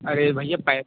अरे भैया पैसे